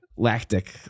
lactic